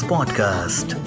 Podcast